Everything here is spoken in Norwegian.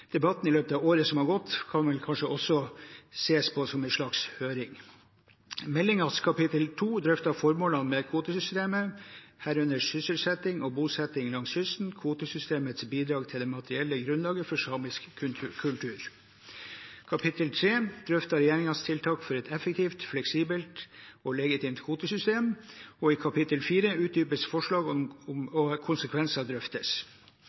Debatten som har vært i løpet av året som har gått, kan kanskje også ses på som en slags høring. Meldingens kapittel 2 drøfter formålene med kvotesystemet, herunder sysselsetting og bosetting langs kysten og kvotesystemets bidrag til det materielle grunnlaget for samisk kultur. Kapittel 3 drøfter regjeringens tiltak for et effektivt, fleksibelt og legitimt kvotesystem. I kapittel 4 utdypes forslagene, og konsekvenser drøftes.